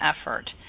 effort